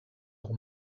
old